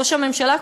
ראש הממשלה,